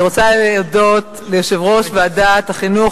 אני רוצה להודות ליושב-ראש ועדת החינוך,